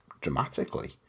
dramatically